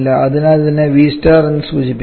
അതിനാൽ ഇതിനെ V എന്ന് സൂചിപ്പിക്കാം